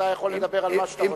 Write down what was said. אתה יכול לדבר על מה שאתה רוצה.